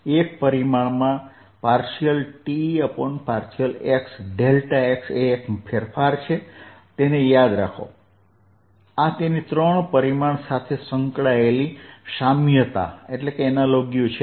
એક પરિમાણ માં ∂T∂xx એ એક ફેરફાર છે તે યાદ રાખો આ તેની ત્રણ પરિમાણ સાથે સંકળાયેલ સામ્યતા છે